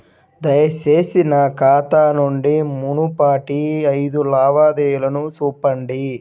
దయచేసి నా ఖాతా నుండి మునుపటి ఐదు లావాదేవీలను చూపండి